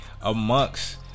amongst